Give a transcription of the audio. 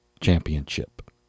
Championship